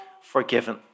forgiven